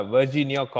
Virginia